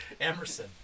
Emerson